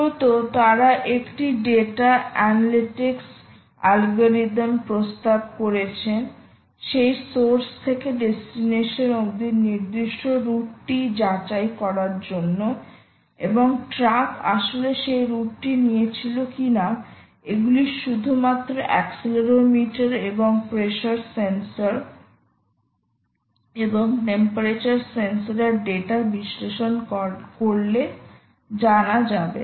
মূলত তারা একটি ডেটা অ্যানালিটিক্স অ্যালগরিদম প্রস্তাব করেছেন সেই সোর্স থেকে ডেস্টিনেশন অব্দি নির্দিষ্ট রুটটি যাচাই করার জন্য এবং ট্রাক আসলে সেই রুটটি নিয়েছিল কিনা এগুলির শুধুমাত্র অ্যাক্সেলেরোমিটার এবং প্রেসার সেন্সর এবং টেম্পারেচার সেন্সর এর ডেটা বিশ্লেষণ করলে জানা যাবে